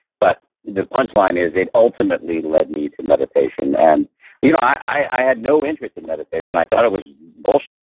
but the punchline is it ultimately led me to meditation and you know i had no interest in meditation. i thought it was bullshit,